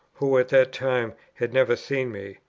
who at that time had never seen me.